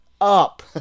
up